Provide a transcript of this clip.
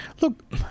Look